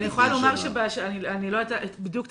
אני לא יודעת בדיוק,